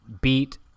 beat